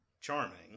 charming